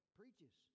preaches